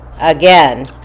Again